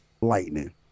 lightning